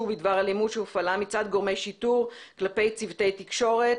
בדבר אלימות שהופעלה מצד גורמי שיטור כלפי צוותי תקשורת,